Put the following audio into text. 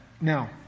Now